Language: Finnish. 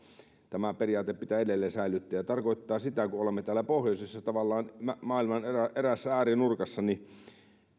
tämä periaate pitää edelleen säilyttää ja se tarkoittaa sitä kun olemme täällä pohjoisessa tavallaan eräässä maailman äärinurkassa että